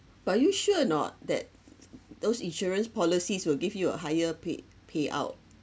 but are you sure or not that those insurance policies will give you a higher pay~ payout